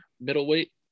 Middleweight